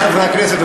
רבותי חברי הכנסת,